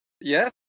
Yes